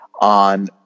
on